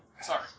Sorry